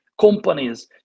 companies